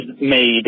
made